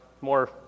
more